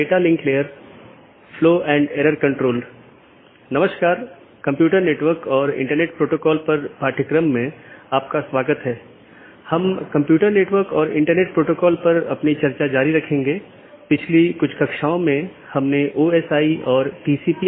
यदि आप पिछले लेक्चरों को याद करें तो हमने दो चीजों पर चर्चा की थी एक इंटीरियर राउटिंग प्रोटोकॉल जो ऑटॉनमस सिस्टमों के भीतर हैं और दूसरा बाहरी राउटिंग प्रोटोकॉल जो दो या उससे अधिक ऑटॉनमस सिस्टमो के बीच है